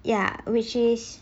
ya which is